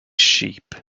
sheep